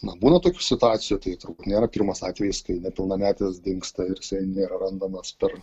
na būna tokių situacijų tai turbūt nėra pirmas atvejis kai nepilnametis dingsta ir jisai nėra randamas per